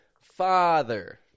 father